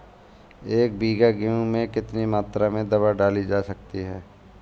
एक बीघा गेहूँ में कितनी मात्रा में दवा डाली जा सकती है?